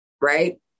right